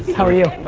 how are you?